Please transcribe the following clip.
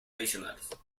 adicionales